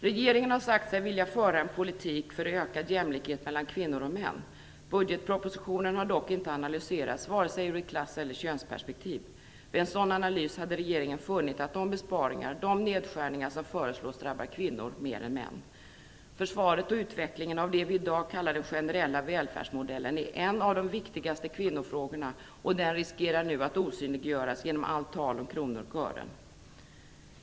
Regeringen har sagt sig vilja föra en politik för ökad jämlikhet mellan kvinnor och män. Budgetpropositionen har dock inte analyserats ur vare sig ett klass eller könsperspektiv. Vid en sådan analys hade regeringen funnit att de besparingar, de nedskärningar som föreslås drabbar kvinnor mer än män. Försvaret och utvecklingen av det vi i dag kallar den generella välfärdsmodellen är en av de viktigaste kvinnofrågorna, och den riskerar nu att osynliggöras genom allt tal om kronor och ören.